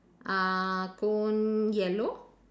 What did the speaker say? uh cone yellow